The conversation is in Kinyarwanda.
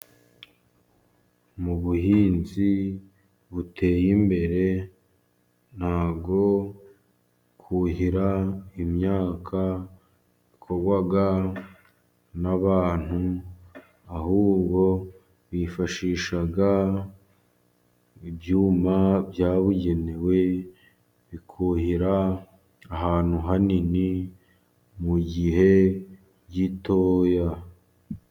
Mu buhinzi buteye imbere, ntabwo kuhira imyaka bikorwa n'abantu, ahubwo bifashisha ibyuma byabugenewe, bikuhira ahantu hanini mu gihe gitoya.